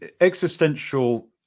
existential